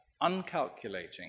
uncalculating